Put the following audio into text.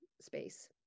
space